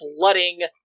flooding